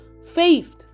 faith